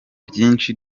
byinshi